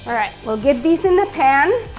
all right, we'll get these in the pan.